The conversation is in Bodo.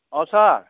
अ सार